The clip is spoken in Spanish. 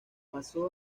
pasó